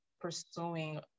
pursuing